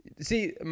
See